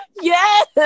Yes